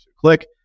click